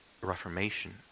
reformation